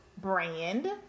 brand